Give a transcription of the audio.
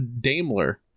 Daimler